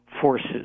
Forces